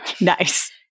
Nice